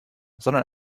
sondern